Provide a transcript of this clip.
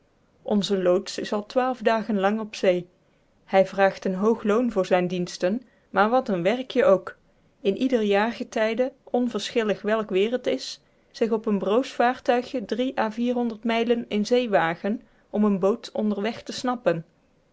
onze loods is al twaalf dagen lang op zee hij vraagt een hoog loon voor zijne diensten maar wat een werkje ook in ieder jaargetijde onverschillig welk weer het is zich op een broos vaartuigje drie à vierhonderd mijlen in zee wagen om een boot onderweg te snappen